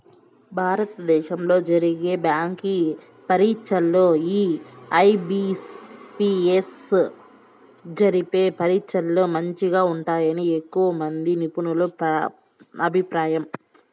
భారత దేశంలో జరిగే బ్యాంకి పరీచ్చల్లో ఈ ఐ.బి.పి.ఎస్ జరిపే పరీచ్చలే మంచిగా ఉంటాయని ఎక్కువమంది నిపునుల అభిప్రాయం